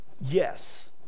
Yes